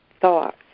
thoughts